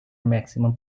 maximum